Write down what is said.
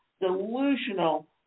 delusional